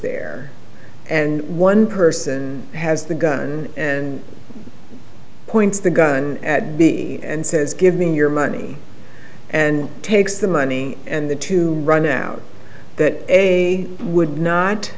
there and one person has the gun and points the gun at b and says give me your money and takes the money and the two run out that a would not